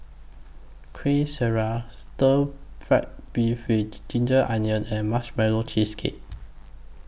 Kueh Syara Stir Fry Beef with Ginger Onions and Marshmallow Cheesecake